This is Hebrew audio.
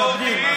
מכבדים.